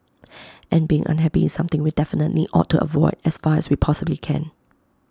and being unhappy is something we definitely ought to avoid as far as we possibly can